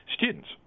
students